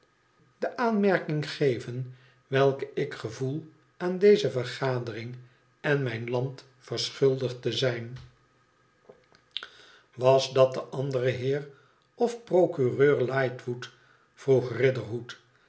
de aanmerking vergeven welke ik gevoel aan deze vergadering en mijn land verschuldigd te zijn was dat de andere heer of procureur lightwood vroeg